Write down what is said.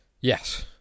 Yes